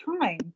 time